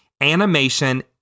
animation